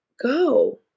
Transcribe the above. go